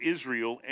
Israel